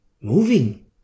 moving